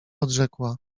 odrzekła